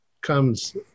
comes